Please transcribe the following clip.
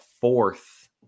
fourth